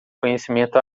conhecimento